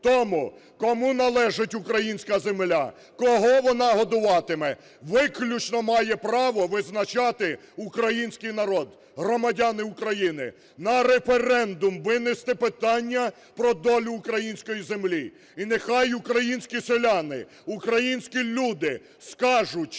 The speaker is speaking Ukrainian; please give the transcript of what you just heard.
Тому, кому належить українська земля, кого вона годуватиме, виключно має право визначати український народ, громадяни України. На референдум винести питання про долю української землі. І нехай українські селяни, українські люди скажуть,